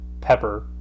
pepper